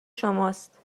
شماست